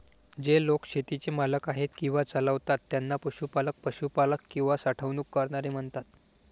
जे लोक शेतीचे मालक आहेत किंवा चालवतात त्यांना पशुपालक, पशुपालक किंवा साठवणूक करणारे म्हणतात